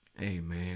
Amen